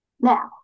Now